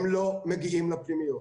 הם לא מגיעים לפנימיות.